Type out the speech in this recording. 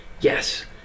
yes